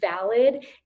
valid